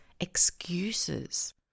excuses